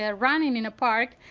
yeah running in a park,